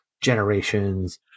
generations